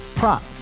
Prop